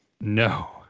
no